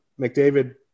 McDavid